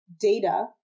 data